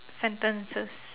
sentences